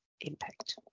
impact